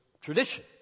tradition